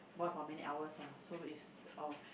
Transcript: boil for many hours lah so is oh